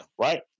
Right